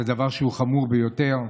זה דבר חמור ביותר.